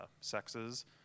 sexes